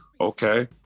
okay